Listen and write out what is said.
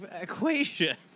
equation